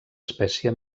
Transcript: espècie